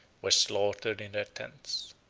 were slaughtered in their tents.